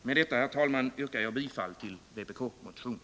Med detta, herr talman, yrkar jag bifall till vpk-motionen.